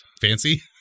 Fancy